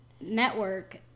network